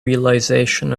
realization